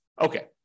okay